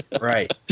Right